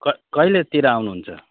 क कहिलेतिर आउनुहुन्छ